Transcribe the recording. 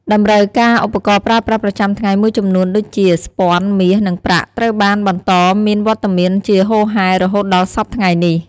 តម្រូវការឧបករណ៍ប្រើប្រាស់ប្រចាំថ្ងៃមួយចំនួន ដូចជា ស្ពាន់ មាស និងប្រាក់ត្រូវបានបន្តមានវត្តមានជាហូរហែររហូតដល់សព្វថ្ងៃនេះ។